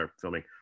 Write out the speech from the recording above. filming